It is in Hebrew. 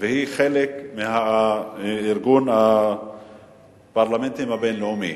והיא חלק מארגון הפרלמנטים הבין-לאומי.